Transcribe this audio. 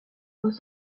fois